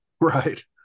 Right